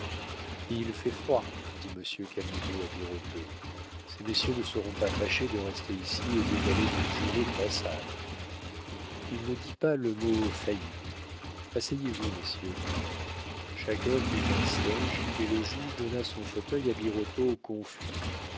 faillites il fait froid dit monsieur camusot à birotteau ces messieurs ne seront pas fâchés de rester ici au lieu d'aller nous geler dans la salle il ne dit pas le mot faillite asseyez-vous messieurs chacun prit un siége et le juge donna son fauteuil à birotteau confus